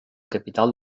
capital